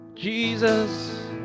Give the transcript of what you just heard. Jesus